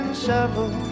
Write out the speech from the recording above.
Shovel